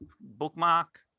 bookmark